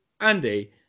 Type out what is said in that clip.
Andy